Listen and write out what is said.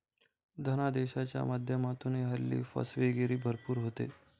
धनादेशाच्या माध्यमातूनही हल्ली फसवेगिरी भरपूर होते